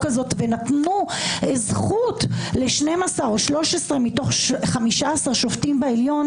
הזו ונתנו זכות ל-12 או 13 מתוך 15 שופטים בעליון,